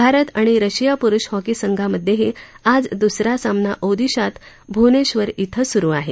भारत आणि रशिया पुरुष हॉकी संघांमधेही आज दुसरा सामना ओदिशात भुवनेश्वर इथं सुरु आहे